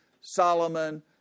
Solomon